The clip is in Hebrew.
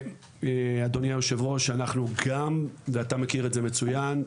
והיושב-ראש מכיר את זה מצוין,